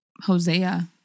hosea